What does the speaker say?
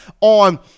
on